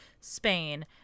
Spain